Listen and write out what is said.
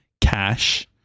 cash